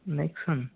Nexon